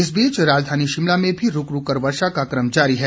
इस बीच राजधानी शिमला में भी लगातार वर्षा का कम जारी है